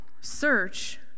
Search